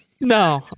No